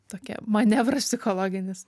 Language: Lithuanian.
tokia manevras psichologinis